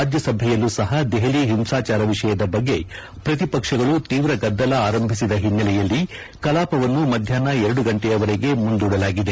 ರಾಜ್ಯಸಭೆಯಲ್ಲೂ ಸಹ ದೆಹಲಿ ಹಿಂಸಾಚಾರ ವಿಷಯದ ಬಗ್ಗೆ ಪ್ರತಿಕ್ಷಗಳು ತೀವ್ರ ಗದ್ದಲ ಆರಂಭಿಸಿದ ಹಿನ್ನೆಲೆಯಲ್ಲಿ ಕೆಲಾಪವನ್ನು ಮಧ್ಯಾಹ್ನ ಗಂಟೆಯವರೆಗೆ ಮುಂದೂಡಲಾಗಿದೆ